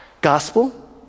Gospel